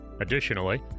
Additionally